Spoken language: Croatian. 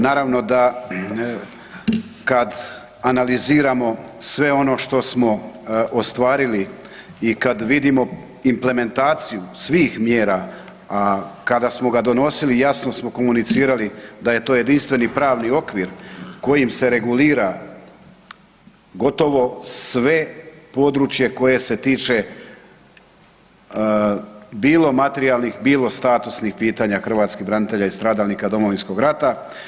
Naravno da kad analiziramo sve ono što smo ostvarili i kad vidimo implementaciju svih mjera kada smo ga donosili, jasno smo komunicirali da je to jedinstveni pravni okvir kojim se regulira gotovo sve područje koje se tiče bilo materijalnih bilo statusnih pitanja hrvatskih branitelja i stradalnika Domovinskog rata.